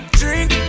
drink